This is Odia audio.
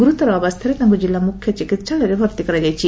ଗୁରୁତର ଅବସ୍ଥାରେ ତାଙ୍କୁ ଜିଲ୍ଲୁ ମୁଖ୍ୟ ଚିକିହାଳୟରେ ଭର୍ତ୍ତି କରାଯାଇଛି